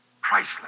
priceless